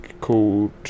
called